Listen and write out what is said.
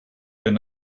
been